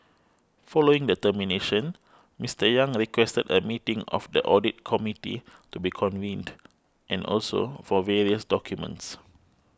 following the termination Mister Yang requested a meeting of the audit committee to be convened and also for various documents